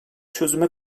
çözüme